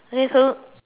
okay so